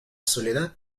soledad